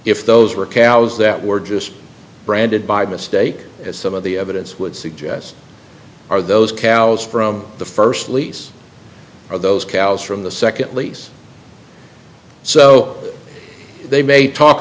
if those were cows that were just branded by mistake as some of the evidence would suggest are those cows from the first lease or those cows from the second lease so they may talk